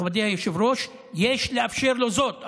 מכובדי היושב-ראש, יש לאפשר לו זאת.